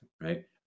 right